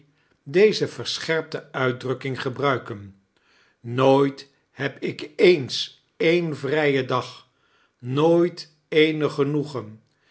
deze versbherpte uitdiukking gebruikein nooit heb ik eens een vrijen dag nooit eenig genoegen